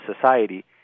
society